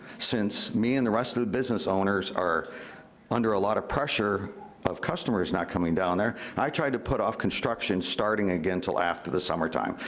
since me and the rest of the business owners are under a lot of pressure of customers not coming down there, i tried to put off construction starting again until after the summertime.